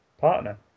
partner